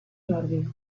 jordi